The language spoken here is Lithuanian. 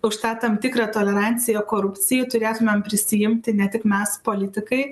už tą tam tikrą toleranciją korupcijai turėtume prisiimti ne tik mes politikai